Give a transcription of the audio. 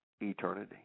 eternity